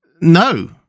No